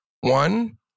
One